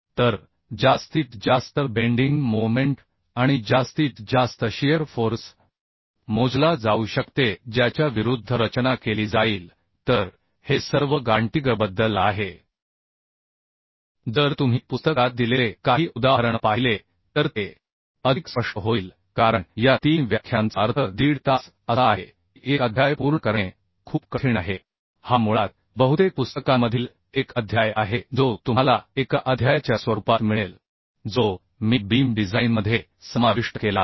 तर जास्तीत जास्त बेंडिंग मोमेन्ट आणि जास्तीत जास्त शिअर फोर्स मोजला जाऊ शकते ज्याच्या विरुद्ध रचना केली जाईल तर हे सर्व गांटीगरबद्दल आहे जर तुम्ही पुस्तकात दिलेले काही उदाहरण पाहिले तर ते अधिक स्पष्ट होईल कारण या तीन व्याख्यानांचा अर्थ दीड तास असा आहे की एक अध्याय पूर्ण करणे खूप कठीण आहे हा मुळात बहुतेक पुस्तकांमधील एक अध्याय आहे जो तुम्हाला एका अध्यायाच्या स्वरूपात मिळेल जो मी बीम डिझाइनमध्ये समाविष्ट केला आहे